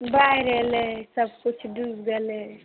बाढ़ि अयलै सभ किछु डुबि गेलै